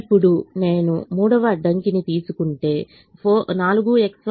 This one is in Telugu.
ఇప్పుడు నేను మూడవ అడ్డంకిని తీసుకుంటే 4X1 5X2 u3 26